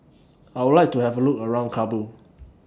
I Would like to Have A Look around Kabul